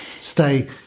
stay